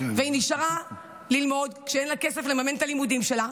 והיא נשארה ללמוד כשאין לה כסף לממן את הלימודים שלה,